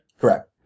Correct